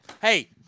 Hey